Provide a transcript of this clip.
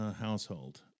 household